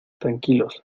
tranquilos